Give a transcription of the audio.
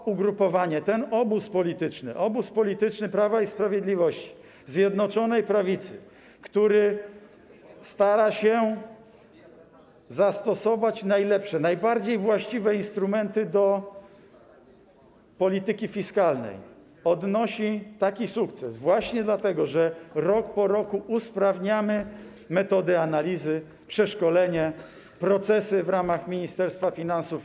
To ugrupowanie, ten obóz polityczny, obóz polityczny Prawa i Sprawiedliwości, Zjednoczonej Prawicy, który stara się zastosować instrumenty najlepsze, najbardziej właściwe dla polityki fiskalnej, odnosi taki sukces właśnie dlatego, że rok po roku usprawnia metody analizy, przeszkolenie, procesy w ramach Ministerstwa Finansów.